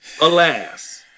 Alas